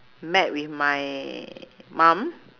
met with my mum